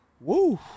Woo